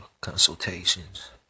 consultations